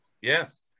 Yes